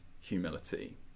humility